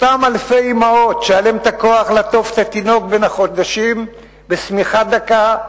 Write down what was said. אותן אלפי אמהות שהיה להן הכוח לעטוף את התינוק בן החודשים בשמיכה דקה,